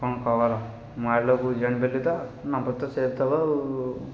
କ'ଣ ଖବର ମୁଁ ଅଲୋକ କହୁଛି ଜାଣିପାରିଲୁ ତ ନମ୍ବର ତ ସେଭ୍ ଥିବ ଆଉ